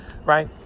right